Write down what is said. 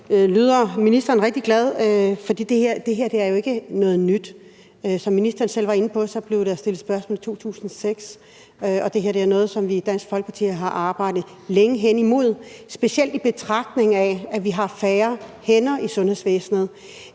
lyder ministeren rigtig glad. Det her er jo ikke noget nyt, og ministeren var selv inde på, at der blev stillet spørgsmål om det i 2006. Det her er noget, som vi i Dansk Folkeparti længe har arbejdet hen imod, og specielt i betragtning af at vi har færre hænder i sundhedsvæsenet,